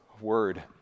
word